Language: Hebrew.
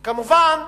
וכמובן,